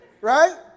Right